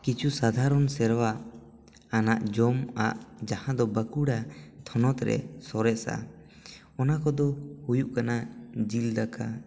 ᱠᱤᱪᱷᱤ ᱥᱟᱫᱷᱟᱨᱚᱱ ᱥᱮᱨᱣᱟ ᱟᱱᱟᱜ ᱡᱚᱢ ᱟᱜ ᱡᱟᱦᱟᱸ ᱫᱚ ᱵᱟᱸᱠᱩᱲᱟ ᱦᱚᱱᱚᱛ ᱨᱮ ᱥᱚᱨᱮᱥᱟ ᱚᱱᱟ ᱠᱚᱫᱚ ᱦᱩᱭᱩᱜ ᱠᱟᱱᱟ ᱡᱤᱞ ᱫᱟᱠᱟ